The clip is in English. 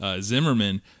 Zimmerman